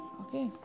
okay